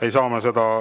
ei saa